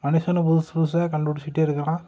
மனுஷனும் புதுசு புதுசாக கண்டு பிடிச்சிட்டே இருக்கிறான்